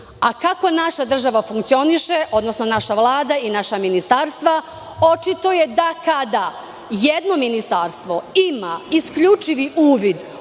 naša država funkcioniše, odnosno naša Vlada i naša ministarstva? Očito je da kada jedno ministarstvo ima isključivi uvid